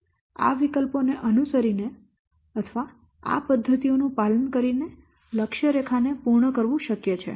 આ વિકલ્પો ને અનુસરીને અથવા આ પદ્ધતિઓનું પાલન કરીને લક્ષ્ય રેખાને પૂર્ણ કરવું શક્ય છે